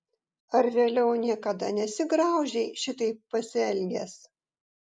ar vėliau niekada nesigraužei šitaip pasielgęs